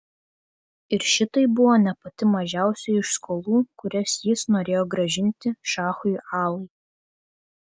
ir šitai buvo ne pati mažiausioji iš skolų kurias jis norėjo grąžinti šachui alai